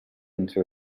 into